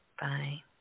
Bye